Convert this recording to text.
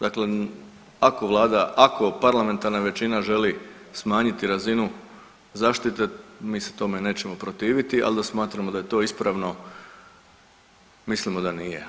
Dakle, ako vlada, ako parlamentarna većina želi smanjiti razinu zaštite mi se tome nećemo protiviti, ali da smatramo da je to ispravno, mislimo da nije.